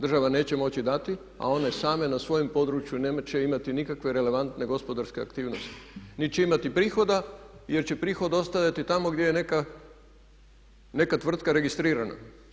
Država neće moći dati a one same na svojem području neće imati nikakve relevantne gospodarske aktivnosti, niti će imati prihoda, jer će prihod ostajati tamo gdje je neka tvrtka registrirana.